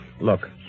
Look